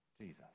Jesus